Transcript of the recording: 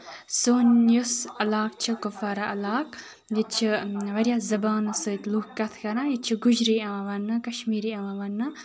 سون یُس علاقہٕ چھُ کوپوارا علاقہٕ ییٚتہِ چھِ وارہاہ زَبان سۭتۍ لُکھ کتھ کران ییٚتہِ چھِ گُجری یِوان وَننہٕ کَشمیٖری یِوان وَننہٕ